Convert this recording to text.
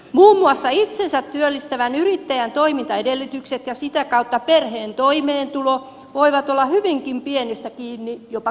muun muassa itsensä työllistävän yrittäjän toimintaedellytykset ja sitä kautta perheen toimeentulo voivat olla hyvinkin pienestä kiinni jopa kotihoidon tuesta